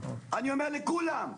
אני אומר לכל האנשים